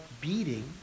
beating